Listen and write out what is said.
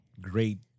Great